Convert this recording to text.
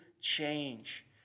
change